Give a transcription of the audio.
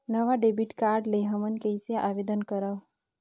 नवा debit card ले हमन कइसे आवेदन करंव?